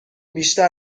بیشتر